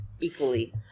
equally